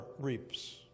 reaps